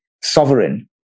sovereign